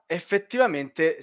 effettivamente